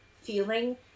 feeling